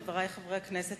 חברי חברי הכנסת,